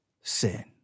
sin